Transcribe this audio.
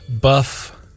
buff